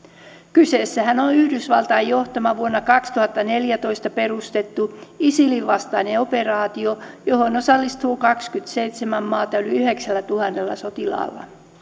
kyseessähän on yhdysvaltain johtama vuonna kaksituhattaneljätoista perustettu isilin vastainen operaatio johon osallistuu kaksikymmentäseitsemän maata yli yhdeksällätuhannella sotilaalla